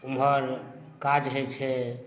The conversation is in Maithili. उमहर काज हइ छै